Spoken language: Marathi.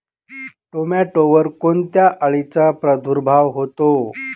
टोमॅटोवर कोणत्या अळीचा प्रादुर्भाव होतो?